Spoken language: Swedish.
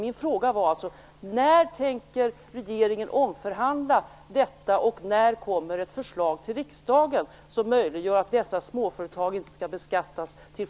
Min fråga var: När tänker regeringen omförhandla detta, och när kommer ett förslag till riksdagen som möjliggör att dessa småföretag inte skall beskattas till